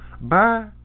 Bye